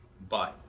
but,